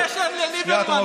לשמאל אין קשר לליברמן.